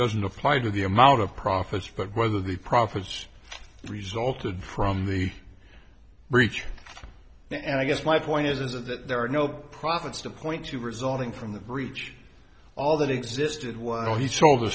doesn't apply to the amount of profits but rather the profits resulted from the breach and i guess my point is is that there are no profits to point to resulting from the breach all that existed when he sold the